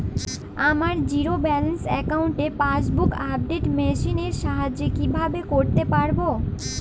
আমার zero balance অ্যাকাউন্টে passbook update machine এর সাহায্যে কীভাবে করতে পারব?